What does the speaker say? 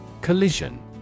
Collision